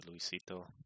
Luisito